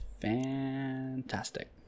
fantastic